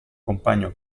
compagno